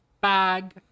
bag